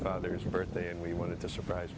brother's birthday and we wanted to surprise